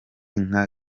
nka